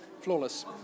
Flawless